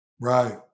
Right